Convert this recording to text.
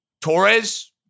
Torres